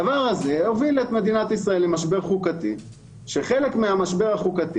הדבר הזה הוביל את מדינת ישראל למשבר חוקתי שחלק מהמשבר החוקתי